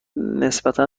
نسبتا